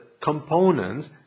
components